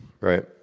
right